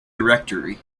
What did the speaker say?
directory